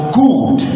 good